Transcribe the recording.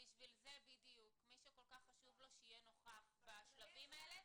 בשביל זה מי שחשוב לו שיהיה נוכח בשלבים האלה.